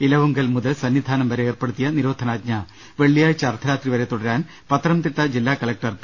ഇല വുങ്കൽ മുതൽ സന്നിധാനം വരെ ഏർപ്പെടുത്തിയ നിരോധനാജ്ഞ വെള്ളിയാഴ്ച അർദ്ധരാത്രി വരെ തുടരാൻ പത്തനംതിട്ട ജില്ലാ കലക്ടർ പി